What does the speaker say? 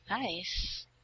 Nice